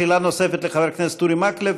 שאלה נוספת לחבר הכנסת אורי מקלב,